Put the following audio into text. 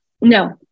No